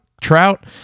Trout